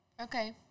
Okay